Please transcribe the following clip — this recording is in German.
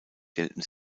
gelten